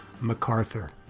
MacArthur